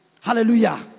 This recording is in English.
Hallelujah